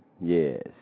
Yes